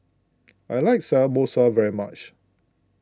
I like Samosa very much